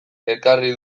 ekarri